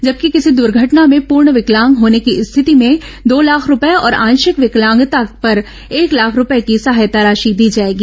जबकि किसी दुर्घटना में पूर्ण विकलांग होने की स्थिति में दो लाख रूपये और आंशिक विकलांगता पर एक लाख रूपये की सहायता राशि दी जाएगी